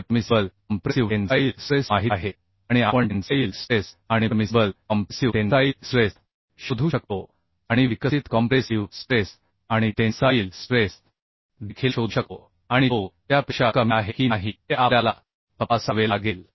चे अनुज्ञेय संपीडक स्ट्रेसमाहित आहे आणि आपण तन्यता स्ट्रेस आणि परमिसिबल तन्यता स्ट्रेसशोधू शकतो आणि विकसित संपीडक स्ट्रेसआणि तन्यता स्ट्रेसदेखील शोधू शकतो आणि तो त्यापेक्षा कमी आहे की नाही हे आपल्याला तपासावे लागेल